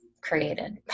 created